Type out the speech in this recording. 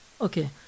Okay